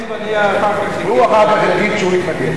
ואני אחר כך אגיד, הוא אחר כך יגיד שהוא התנגד.